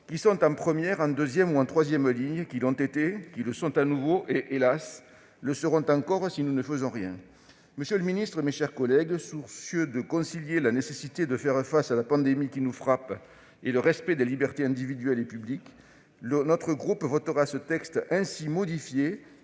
qui sont en première, en deuxième ou en troisième ligne, qui l'ont été, qui le sont de nouveau et qui, hélas, le seront encore si nous ne faisons rien. Monsieur le ministre, mes chers collègues, soucieux de concilier la nécessité de faire face à la pandémie qui nous frappe et le respect des libertés individuelles et publiques, le groupe Les Indépendants